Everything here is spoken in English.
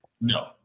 No